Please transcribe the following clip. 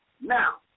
Now